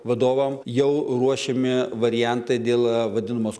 vadovam jau ruošiami variantai dėl vadinamos